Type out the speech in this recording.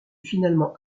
finalement